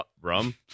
rum